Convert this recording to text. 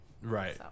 right